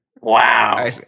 Wow